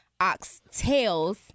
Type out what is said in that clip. oxtails